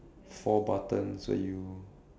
four buttons where you